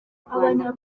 rwanda